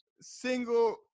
single